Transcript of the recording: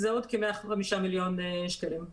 זה עוד כ-105 מיליון שקלים.